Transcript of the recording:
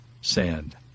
sand